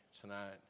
tonight